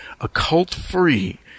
occult-free